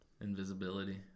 Invisibility